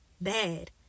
bad